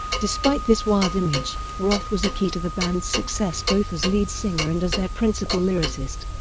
despite this wild image, roth was a key to the band's success both as lead singer and as their principal lyricist.